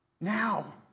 now